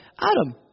Adam